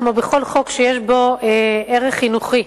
כמו בכל חוק שיש בו ערך חינוכי,